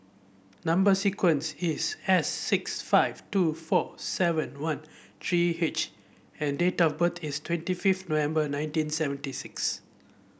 number sequence is S six five two four seven one three H and date of birth is twenty fifth November nineteen seventy six